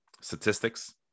statistics